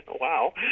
Wow